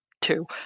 two